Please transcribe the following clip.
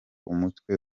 umutwe